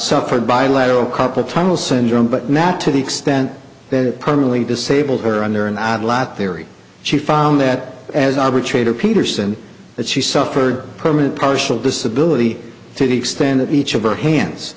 suffered bilateral capa tunnel syndrome but not to the extent that it permanently disabled her under an odd lot there e she found that as arbitrator peterson that she suffered permanent partial disability to the extent that each of her hands